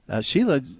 Sheila